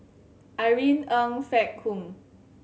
Irene Ng Phek Hoong